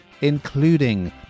including